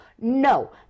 No